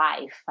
life